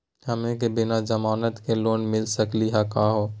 हमनी के बिना जमानत के लोन मिली सकली क हो?